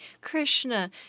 Krishna